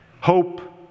hope